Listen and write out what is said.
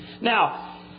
Now